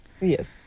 Yes